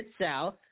South